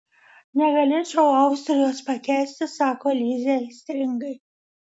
negalėčiau austrijos pakęsti sako lizė aistringai